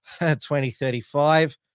2035